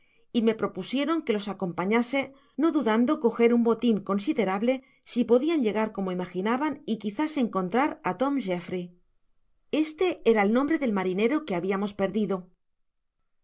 y me propusieron que los acompañase no dudando coger un botin considerable si podian llegar como imaginaban y quizás encontrar á tom jeffry este era el nom content from google book search generated at bre del marinero que habiamos perdido